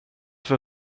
för